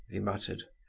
he muttered.